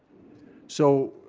so,